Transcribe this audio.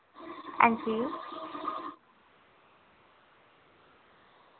हां जी